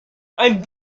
ein